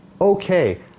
okay